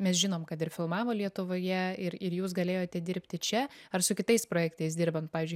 mes žinom kad ir filmavo lietuvoje ir ir jūs galėjote dirbti čia ar su kitais projektais dirbant pavyzdžiui